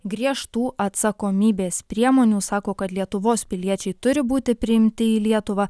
griežtų atsakomybės priemonių sako kad lietuvos piliečiai turi būti priimti į lietuvą